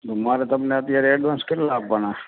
તો મારે તમને અત્યારે એડવાન્સ કેટલા આપવાના